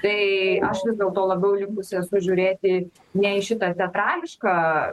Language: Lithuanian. tai aš vis dėlto labiau linkusi esu žiūrėti ne į šitą teatrališką